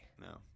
no